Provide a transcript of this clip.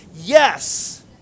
Yes